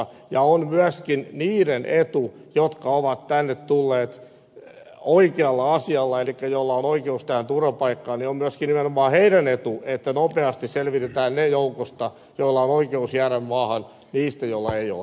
ja se on myöskin nimenomaan niiden etu jotka ovat tänne tulleet oikealla asialla elikkä joilla on oikeus tähän turvapaikkaan että nopeasti selvitetään joukosta ne joilla on oikeus jäädä maahan niistä joilla ei ole